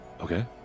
Okay